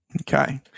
Okay